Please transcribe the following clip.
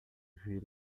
vir